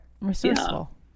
resourceful